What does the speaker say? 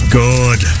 good